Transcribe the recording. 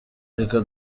reka